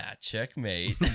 checkmate